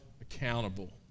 accountable